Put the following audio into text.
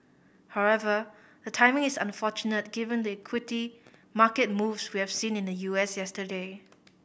however the timing is unfortunate given the equity market moves we have seen in the U S yesterday